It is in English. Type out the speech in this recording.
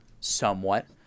somewhat